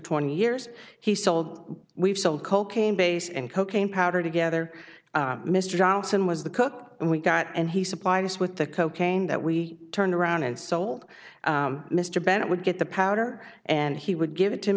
twenty years he sold we've sold cocaine base and cocaine powder together mr johnson was the cook and we got and he supplied us with the cocaine that we turned around and sold mr bennett would get the powder and he would give it to